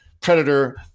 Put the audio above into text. Predator